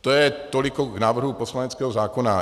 To je toliko k návrhu poslaneckého zákona.